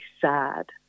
sad